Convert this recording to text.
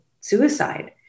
suicide